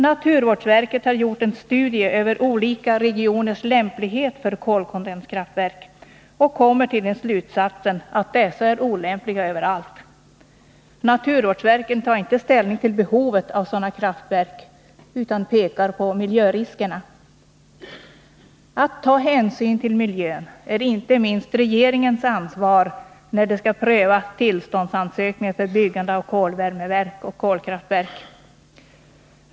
Naturvårdsverket har gjort en studie över olika regioners lämplighet för kolkondenskraftverk och kommit till slutsatsen att dessa är olämpliga överallt. Naturvårdsverket tar inte ställning till behovet av sådana kraftverk utan pekar på miljöriskerna. Att ta hänsyn till miljön är inte minst regeringens ansvar när den skall pröva tillståndsansökningar för byggande av kolvärmeverk och kolkraftverk.